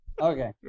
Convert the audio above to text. Okay